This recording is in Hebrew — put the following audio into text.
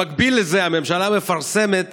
במקביל לזה הממשלה מפרסמת